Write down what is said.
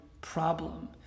problem